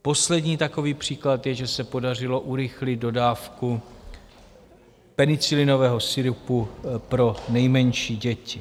Poslední takový příklad je, že se podařilo urychlit dodávku penicilinového sirupu pro nejmenší děti.